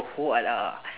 huat ah